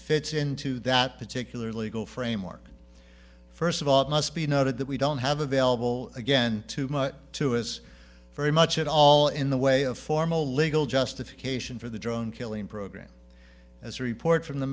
fits into that particular legal framework first of all it must be noted that we don't have available again too much too is very much at all in the way of formal legal justification for the drone killing program as a report from the